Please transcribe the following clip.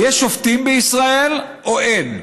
היש שופטים בישראל, או אין?